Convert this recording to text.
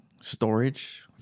storage